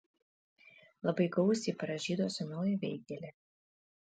labai gausiai pražydo senoji veigelė